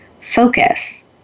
focus